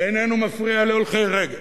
אינו מפריע להולכי רגל